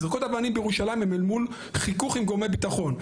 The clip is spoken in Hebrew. זריקות אבנים בירושלים הם אל מול חיכוך עם גורמי ביטחון,